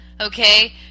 Okay